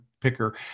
picker